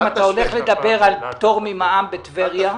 אם אתה הולך לדבר על פטור ממע"מ בטבריה,